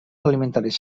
alimentaris